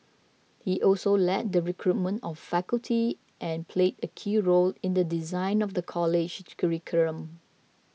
he also led the recruitment of faculty and played a key role in the design of the college's curriculum